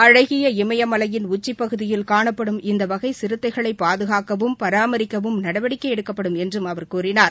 அழகிய இமயமலையின் உச்சிப்பகுதியில் காணப்படும் இந்த வகை சிறுத்தைகளை பாதுகாக்கவும் பராமரிக்கவும் நடவடிக்கை எடுக்கப்படும் என்றும் அவர் கூறினார்